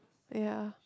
ya